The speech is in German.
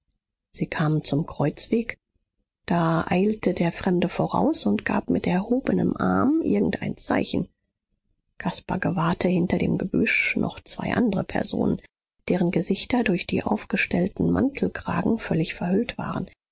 sie kamen zum kreuzweg da eilte der fremde voraus und gab mit erhobenem arm irgendein zeichen caspar gewahrte hinter dem gebüsch noch zwei andre personen deren gesichter durch die aufgestellten mantelkragen völlig verhüllt waren